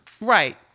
Right